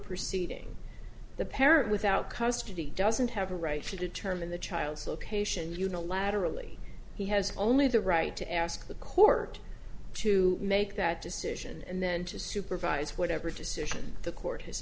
proceeding the parent without custody doesn't have a right to determine the child's location unilaterally he has only the right to ask the court to make that decision and then to supervise whatever decision the court has